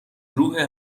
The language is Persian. روح